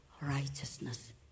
righteousness